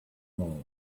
smaller